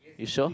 you sure